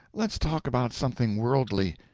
let's talk about something worldly.